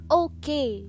okay